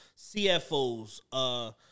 CFOs